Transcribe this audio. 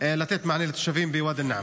לתת מענה לתושבים בוואדי אל-נעם.